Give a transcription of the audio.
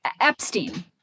epstein